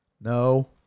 No